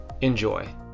Enjoy